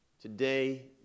today